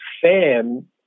SAM